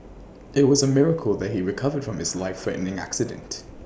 IT was A miracle that he recovered from his lifethreatening accident